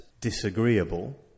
disagreeable